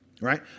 right